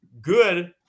good